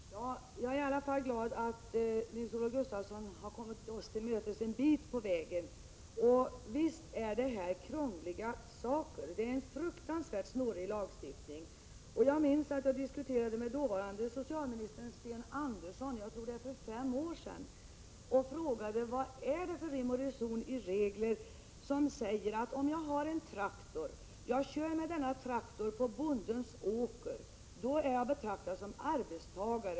Herr talman! Jag är i alla fall glad över att Nils-Olof Gustafsson har kommit oss till mötes en bit på vägen. Visst är det här krångliga frågor. Lagstiftningen är fruktansvärt snårig. Jag minns att jag diskuterade frågan med dåvarande socialministern Sten Andersson — jag tror att det var för fem år sedan. Jag undrade då vad det är för rim och reson i regler som säger att jag om jag har en traktor och kör med denna traktor på bondens åker är att betrakta som arbetstagare.